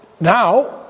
now